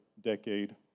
decade